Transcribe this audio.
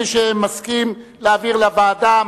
מי שמסכים להעביר לוועדה,